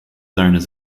owners